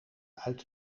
uit